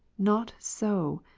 not so,